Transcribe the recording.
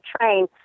train